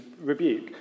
rebuke